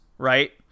Right